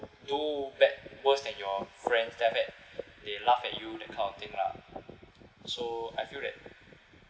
do bad worse than your friends that that they laugh at you that kind of thing lah so I feel that